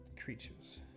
creatures